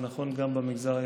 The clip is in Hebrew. זה נכון גם במגזר היהודי.